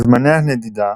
זמני הנדידה